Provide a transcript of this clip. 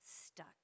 stuck